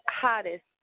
hottest